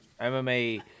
MMA